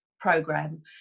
program